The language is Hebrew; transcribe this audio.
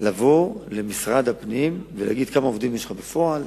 לבוא למשרד הפנים ולהגיד: כמה עובדים יש לך בפועל,